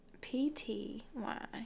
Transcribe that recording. P-T-Y